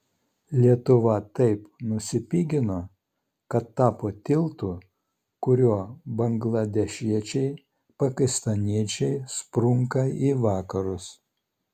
lietuva taip nusipigino kad tapo tiltu kuriuo bangladešiečiai pakistaniečiai sprunka į vakarus